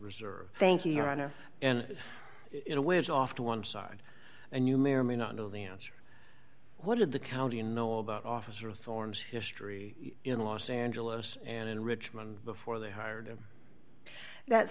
reserve thank you your honor and in a way it's off to one side and you may or may not know the answer what did the county know about officer thorne's history in los angeles and in richmond before they hired him that